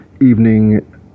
evening